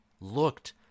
looked